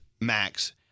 Max